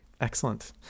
Excellent